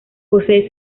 posee